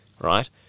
right